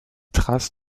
traces